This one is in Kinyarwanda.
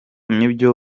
nibyo